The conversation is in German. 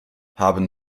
haben